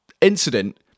incident